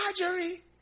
Marjorie